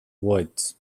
woods